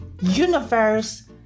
universe